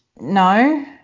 No